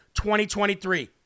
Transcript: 2023